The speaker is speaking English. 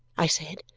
i said,